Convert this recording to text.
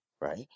right